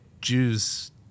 Jews